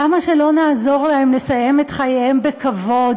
למה שלא נעזור להם לסיים את חייהם בכבוד?